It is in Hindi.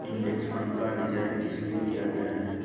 इंडेक्स फंड का डिजाइन किस लिए किया गया है?